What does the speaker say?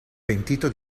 pentito